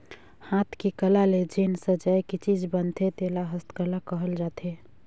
हाथ के कला ले जेन सजाए के चीज बनथे तेला हस्तकला कहल जाथे